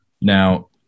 Now